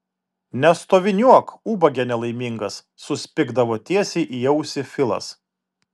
nestoviniuok ubage nelaimingas suspigdavo tiesiai į ausį filas